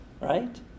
Right